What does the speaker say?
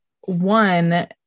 one